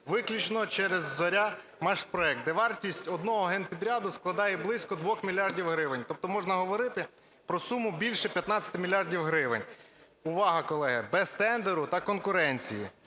виключно через "Зоря"-"Машпроект", де вартість одного генпідряду складає близько 2 мільярдів гривень, тобто можна говорити про суму більше 15 мільярдів гривень - увага, колеги! - без тендеру та конкуренції.